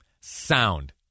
Sound